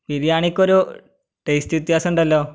ബിരിയാണിക്കൊരു taste വ്യത്യാസമുണ്ടല്ലോ